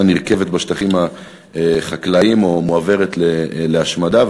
נרקבת בשטחים החקלאיים או מועברת להשמדה.